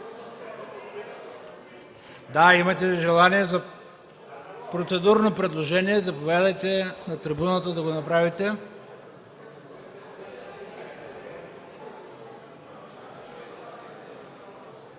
имате желание за процедурно предложение. Заповядайте на трибуната да го направите.